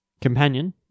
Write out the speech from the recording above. companion